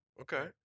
okay